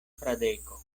fradeko